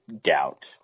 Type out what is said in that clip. doubt